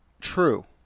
true